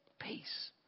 peace